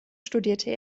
studierte